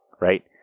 Right